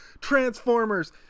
Transformers